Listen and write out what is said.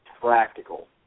practical